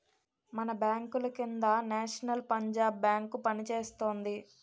మన బాంకుల కింద నేషనల్ పంజాబ్ బేంకు పనిచేస్తోంది